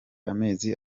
amezi